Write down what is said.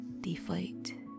deflate